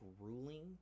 grueling